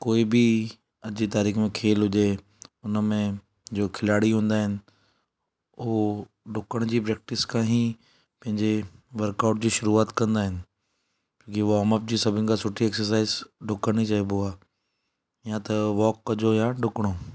कोई बी अॼु जी तारीख़ में खेल हुजे हुनमें जो खिलाड़ी हूंदा आहिनि उहो ॾुकण जी प्रैक्टीस करणी पंहिंजे वर्कऑउट जी शुरूआत कंदा आहिनि जीअं वॉर्मअप सभिनि खां सुठी एक्सरसाइज़ ॾुकण ई चइबो आहे या त वॉक कॼो या ॾुकणो